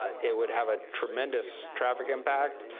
it would have a tremendous traffic impact,